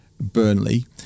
Burnley